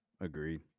agreed